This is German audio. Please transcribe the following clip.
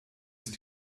ist